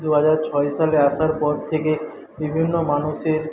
দুহাজার ছয় সালে আসার পর থেকে বিভিন্ন মানুষের